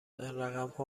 رقمها